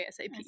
ASAP